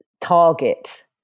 target